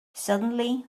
suddenly